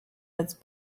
its